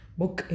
book